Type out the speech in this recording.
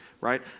right